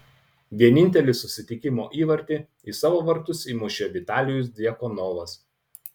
vienintelį susitikimo įvartį į savo vartus įmušė vitalijus djakonovas